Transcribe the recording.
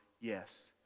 yes